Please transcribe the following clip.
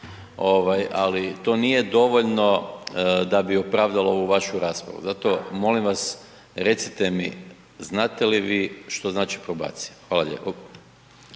ali to nije dovoljno da bi opravdalo ovu vašu raspravu. Zato molim vas recite mi znate li vi što znači probacija? Hvala lijepo.